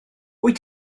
wyt